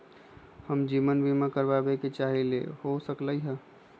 हम जीवन बीमा कारवाबे के चाहईले, हो सकलक ह?